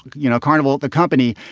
you know, carnival, the company,